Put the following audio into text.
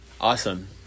Awesome